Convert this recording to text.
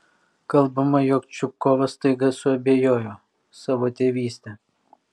kalbama jog čupkovas staiga suabejojo savo tėvyste